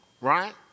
right